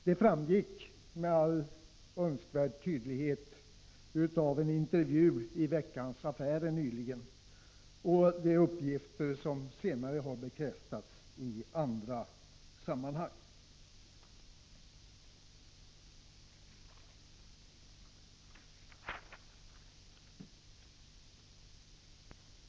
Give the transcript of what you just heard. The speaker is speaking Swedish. Detta framgick med all önskvärd tydlighet i en intervju i Veckans Affärer nyligen. De uppgifter som där kom fram har senare bekräftats i andra sammanhang.